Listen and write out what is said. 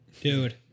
Dude